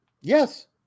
Yes